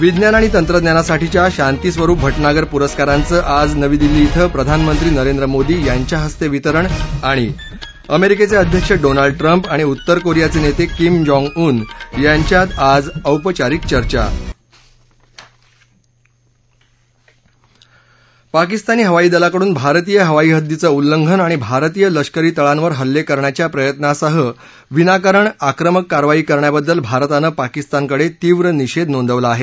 विज्ञान आणि तंत्रज्ञानासाठीच्या शांती स्वरुप भटनागर पुरस्कारांचं आज नवी दिल्ली इथं प्रधानमंत्री नरेंद्र मोदी यांच्या हस्ते वितरण अमेरिकेचे अध्यक्ष डोनाल्ड ट्रंप आणि उत्तर कोरियाचे नेते किम जोंग उन यांच्यात आज औपचारिक चर्चा पाकिस्तानी हवाई दलाकडून भारतीय हवाई हद्दीचं उल्लंघन आणि भारतीय लष्करी तळांवर हल्ले करण्याच्या प्रयत्नासह विनाकारण आक्रमक कारवाई करण्याबद्दल भारतान पाकिस्तानकडे तीव्र निषेध नोंदवला आहे